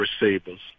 receivers